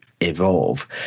evolve